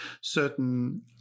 certain